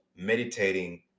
meditating